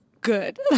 good